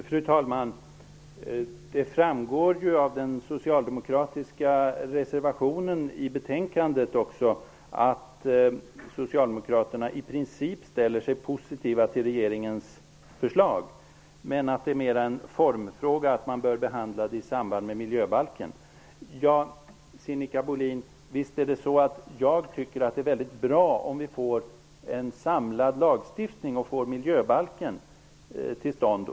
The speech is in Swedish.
Fru talman! Det framgår av den socialdemokratiska reservationen i betänkandet att socialdemokraterna i princip ställer sig positiva till regeringens förslag, men att det mera är en formfråga att man bör behandla ärendet i samband med miljöbalken. Visst är det så, Sinikka Bohlin, att jag tycker att det är väldigt bra om vi får en samlad lagstiftning och får en miljöbalk till stånd.